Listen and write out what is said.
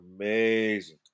amazing